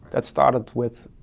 that started with